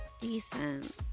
Decent